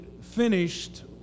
finished